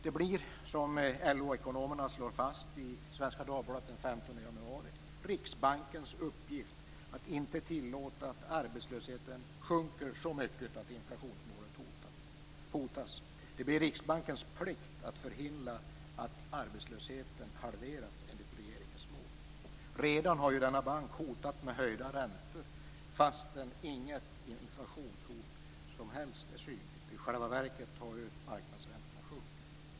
Det blir, som LO-ekonomerna slår fast i Svenska Dagbladet den 15 januari, Riksbankens uppgift att inte tillåta att arbetslösheten sjunker så mycket att inflationsmålet hotas. Det blir Riksbankens plikt att förhindra att arbetslösheten halveras enligt regeringens mål. Redan har denna bank hotat med höjda räntor fastän inget inflationshot är synligt. I själva verket har ju marknadsräntorna sjunkit.